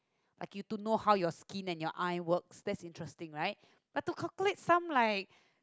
like you to know how your skin and your eye works that's interesting right but to calculate sum like